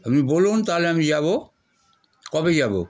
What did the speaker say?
আপনি বলুন তাহলে আমি যাব কবে যাব